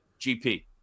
GP